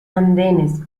andenes